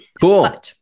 Cool